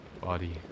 body